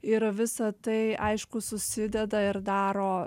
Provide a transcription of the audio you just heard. ir visa tai aišku susideda ir daro